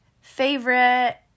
favorite